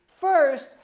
First